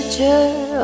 Future